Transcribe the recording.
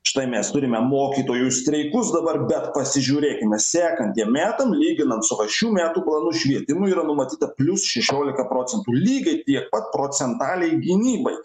štai mes turime mokytojų streikus dabar bet pasižiūrėkime sekantiem metam lyginant su va šių metų planu švietimui yra numatyta plius šešiolika procentų lygiai tiek pat procentaliai gynybai